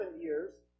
years